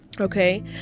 Okay